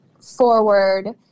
forward